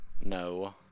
No